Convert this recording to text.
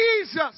Jesus